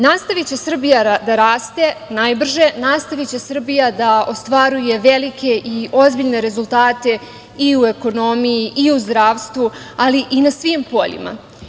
Nastaviće Srbija da raste najbrže, nastaviće Srbija da ostvaruje velike i ozbiljne rezultate i u ekonomiji i u zdravstvu, ali i na svim poljima.